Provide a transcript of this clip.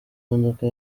imodoka